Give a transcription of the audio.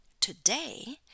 Today